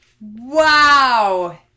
Wow